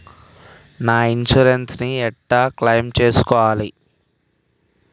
నా ఇన్సూరెన్స్ ని ఎట్ల క్లెయిమ్ చేస్కోవాలి?